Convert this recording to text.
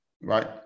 right